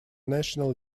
national